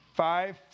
five